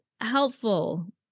helpful